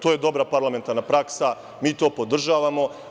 To je dobra parlamentarna praksa, mi to podržavamo.